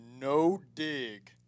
no-dig